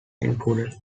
included